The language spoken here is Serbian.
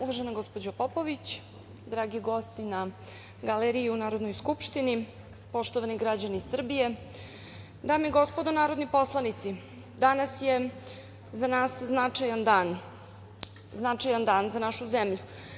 Uvažena gospođo Popović, dragi gosti na galeriji u Narodnoj skupštini, poštovani građani Srbije, dame i gospodo narodni poslanici, danas je za nas značajan dan, značajan dan za našu zemlju.